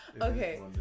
Okay